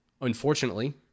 unfortunately